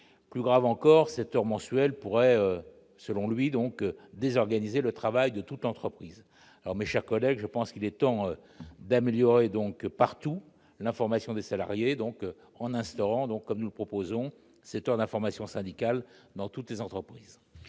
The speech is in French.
Plus grave encore, cette heure mensuelle pourrait, selon lui, désorganiser le travail de toute l'entreprise. Mes chers collègues, il est temps d'améliorer partout l'information des salariés en instaurant, comme nous le proposons, cette heure d'information syndicale dans toutes les entreprises.